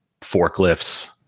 forklifts